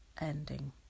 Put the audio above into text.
ending